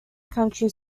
county